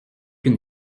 une